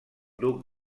duc